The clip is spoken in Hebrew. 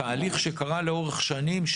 בתהליך שקרה לאורך שנים,